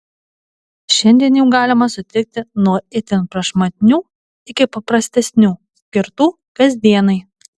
šiandien jų galima sutikti nuo itin prašmatnių iki paprastesnių skirtų kasdienai